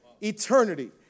eternity